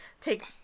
take